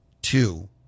two